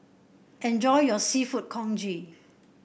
enjoy your seafood Congee